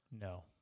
No